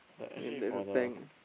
then there's a tank ah